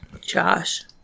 Josh